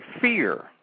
fear